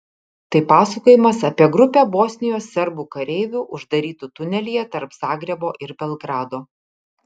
tai pasakojimas apie grupę bosnijos serbų kareivių uždarytų tunelyje tarp zagrebo ir belgrado